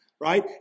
right